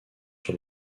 sur